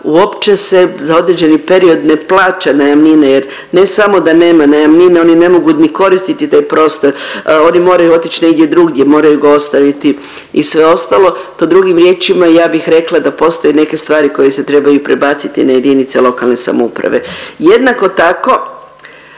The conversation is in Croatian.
uopće se za određeni period ne plaća najamnina jer ne samo da nema najamnine, oni ne mogu ni koristiti taj prostor, oni moraju otići negdje drugdje, moraju ga ostaviti i sve ostalo. To drugim riječima ja bih rekla da postoje neke stvari koje se trebaju prebaciti na jedinice lokalne samouprave. Jednako tako